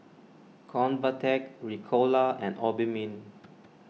Convatec Ricola and Obimin